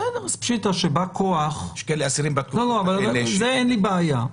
אז פשיטא שבא כוח --- יש אסירים --- עם זה אין לי בעיה.